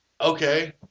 Okay